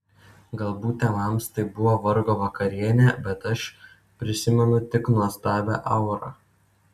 galbūt tėvams tai buvo vargo vakarienė bet aš prisimenu tik nuostabią aurą